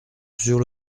sur